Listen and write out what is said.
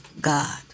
God